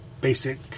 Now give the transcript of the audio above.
basic